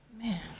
Man